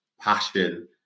passion